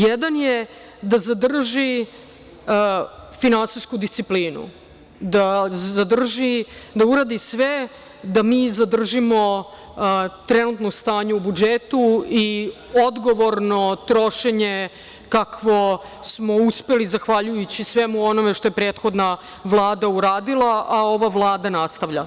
Jedan je da zadrži finansijsku disciplinu, da uradi sve da mi zadržimo trenutno stanje u budžetu i odgovorno trošenje kakvo smo uspeli zahvaljujući svemu onome što je prethodna Vlada uradila, a ova Vlada nastavlja.